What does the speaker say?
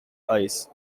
eyes